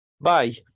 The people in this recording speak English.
Bye